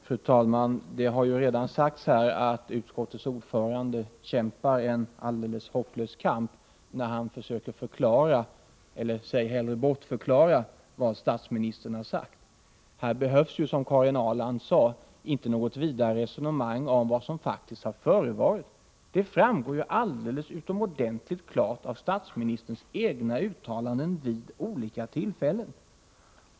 Fru talman! Det har ju redan sagts här att utskottets ordförande kämpar en alldeles hopplös kamp när han försöker förklara — eller säg hellre bortförklara — vad statsministern har sagt. Här behövs, som Karin Ahrland sade, inte något vidare resonemang om vad som faktiskt har förevarit. Det framgår ju utomordentligt klart av statsministerns egna uttalanden vid olika tillfällen.